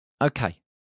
Okay